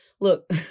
look